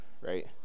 right